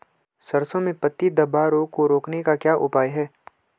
सरसों में पत्ती धब्बा रोग को रोकने का क्या उपाय है?